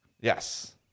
Yes